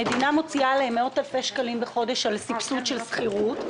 המדינה מוציאה עליהן מאות אלפי שקלים על סבסוד של שכירות.